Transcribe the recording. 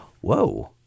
Whoa